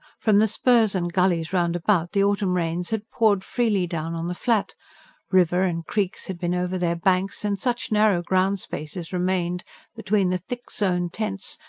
from the spurs and gullies round about, the autumn rains had poured freely down on the flat river and creeks had been over their banks and such narrow ground-space as remained between the thick-sown tents,